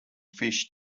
fish